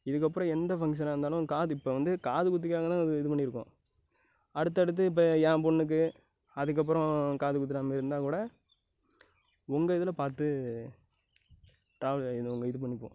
இதுக்கப்புறம் எந்த ஃபங்க்ஷனாக இருந்தாலும் காது இப்போது வந்து காது குத்துக்காக தான் இது இது பண்ணியிருக்கோம் அடுத்தடுத்து இப்போது ஏ பெண்ணுக்கு அதுக்கப்புறம் காது குத்துறமாதிரி இருந்தால் கூட உங்கள் இதில் பார்த்து ட்ராவல் உங்கள் இது பண்ணிப்போம்